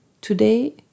Today